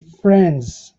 friends